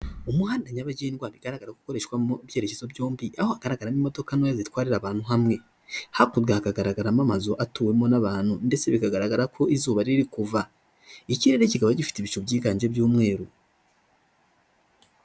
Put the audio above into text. Umuhanda nyabagendwa bigaragara ko ukoreshwa mu byerekezo byombi aho hagaragaramo n'imodoka ntoya zitwarira abantu hamwe hakurya hagaragaramo amazu atuwemo n'abantu ndetse bigaragara ko izuba riri kuva ikirere kikaba gifite ibicu byiganje umweru.